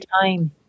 time